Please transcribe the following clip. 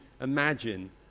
imagine